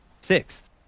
sixth